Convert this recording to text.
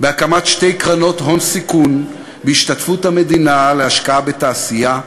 בהקמת שתי קרנות הון סיכון בהשתתפות המדינה להשקעה בתעשייה,